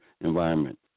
environment